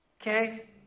okay